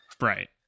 right